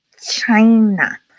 China